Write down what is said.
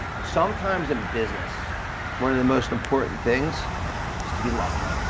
sometimes in business one of the most important things is to be lucky.